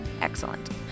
excellent